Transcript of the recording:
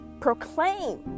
Proclaim